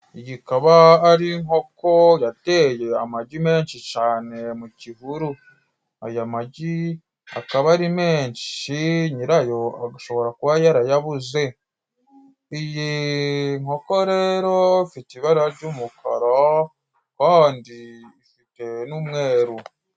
Iyi ikaba ari inkoko yateye amagi menshi cane mu kihuru. Aya magi akaba ari menshi, nyirayo ashobora kuba yarayabuze. Iyi nkoko rero ifite ibara ry'umukara kandi ifite n'umweruru.